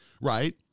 right